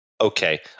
Okay